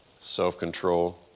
self-control